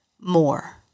more